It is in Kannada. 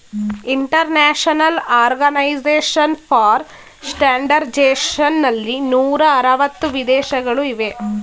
ಇಂಟರ್ನ್ಯಾಷನಲ್ ಆರ್ಗನೈಸೇಶನ್ ಫಾರ್ ಸ್ಟ್ಯಾಂಡರ್ಡ್ಜೇಶನ್ ನಲ್ಲಿ ನೂರ ಅರವತ್ತು ವಿದೇಶಗಳು ಇವೆ